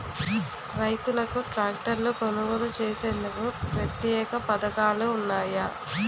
రైతులకు ట్రాక్టర్లు కొనుగోలు చేసేందుకు ప్రత్యేక పథకాలు ఉన్నాయా?